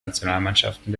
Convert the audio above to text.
nationalmannschaften